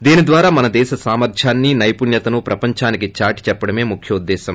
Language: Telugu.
దీని ద్వారా మన దేశ సామర్ద్యాన్ని వైపుణ్యతను ప్రపంచానికి చాటి చెప్పడమే ముఖ్య ఉద్దేశ్యం